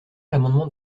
l’amendement